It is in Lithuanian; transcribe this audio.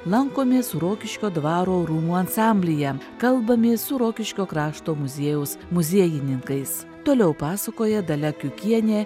lankomės rokiškio dvaro rūmų ansamblyje kalbamės su rokiškio krašto muziejaus muziejininkais toliau pasakoja dalia kiukienė